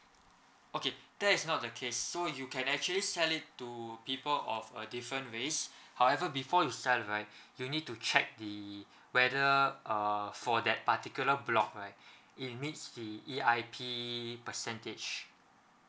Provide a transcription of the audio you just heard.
okay that is not the case so you can actually sell it to people of a different race however before you sell right you need to check the whether uh for that particular block right it meets the E_I_P percentage